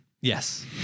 Yes